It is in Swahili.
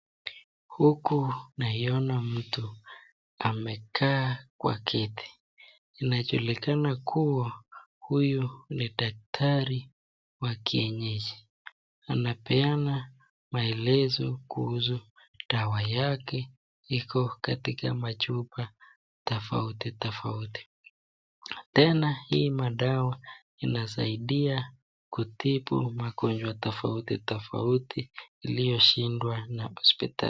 Huku naiona mtu amekaa kwa kiti. Inajulikana kuwa huyu ni daktari wa kienyeji. Anapeana maelezo kuhusu dawa yake iko katika machupa tofauti tofauti. Tena hii madawa inasaidia kutibu magonjwa tofauti tofauti iliyoshindwa na hospitali.